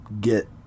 get